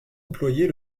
employer